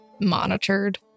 monitored